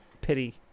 Pity